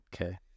Okay